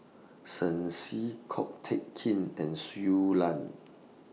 Shen Xi Ko Teck Kin and Shui Lan